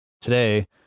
today